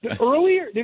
earlier